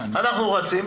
אנחנו רצים,